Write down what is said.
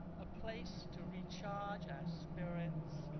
a place to recharge our spirits,